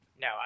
No